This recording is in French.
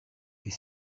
est